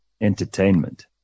entertainment